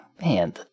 man